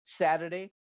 Saturday